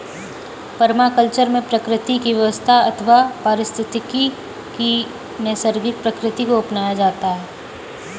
permaculture में प्रकृति की व्यवस्था अथवा पारिस्थितिकी की नैसर्गिक प्रकृति को अपनाया जाता है